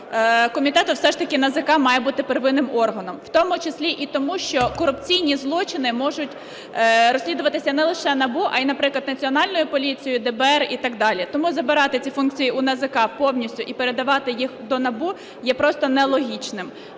комітету все ж таки НАЗК має бути первинним органом, в тому числі і тому що корупційні злочини можуть розслідуватися не лише НАБУ, а і, наприклад, Національною поліцією, ДБР і так далі. Тому забирати ці функції у НАЗК повністю і передавати їх до НАБУ є просто нелогічним.